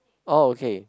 orh okay